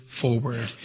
forward